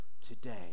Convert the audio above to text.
today